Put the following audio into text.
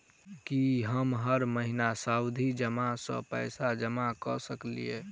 की हम हर महीना सावधि जमा सँ पैसा जमा करऽ सकलिये?